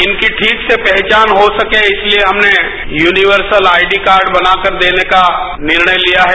इनकी ठीक से पहचान हो सके इसलिए हमने यूनीवर्सल आईडी कार्ड बनाकर देने का निर्णय लिया है